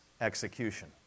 execution